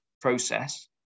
process